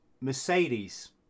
Mercedes